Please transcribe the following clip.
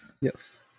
Yes